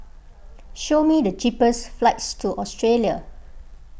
show me the cheapest flights to Australia